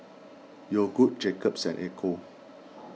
Yogood Jacob's and Ecco